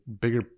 bigger